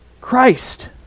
Christ